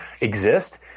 exist